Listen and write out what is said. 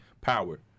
power